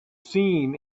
seen